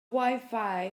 wifi